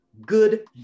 good